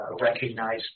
recognize